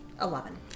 Eleven